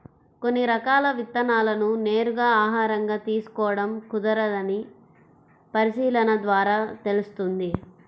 కొన్ని రకాల విత్తనాలను నేరుగా ఆహారంగా తీసుకోడం కుదరదని పరిశీలన ద్వారా తెలుస్తుంది